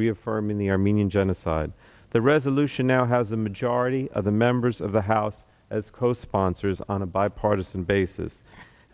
reaffirming the armenian genocide the resolution now has a majority of the members of the house as co sponsors on a bipartisan basis